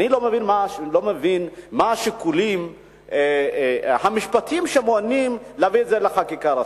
אני לא מבין מה השיקולים המשפטיים שמונעים מלהביא את זה בחקיקה ראשית.